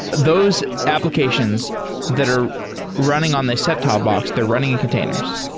those applications that are running on the set-top box, they're running in containers.